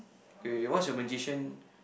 wait wait what's your magician